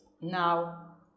Now